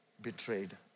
betrayed